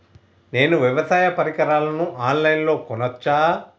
నేను వ్యవసాయ పరికరాలను ఆన్ లైన్ లో కొనచ్చా?